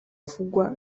avugwa